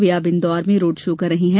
वे अब इंदौर में road show कर रही हैं